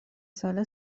ساله